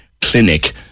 Clinic